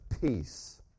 Peace